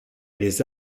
les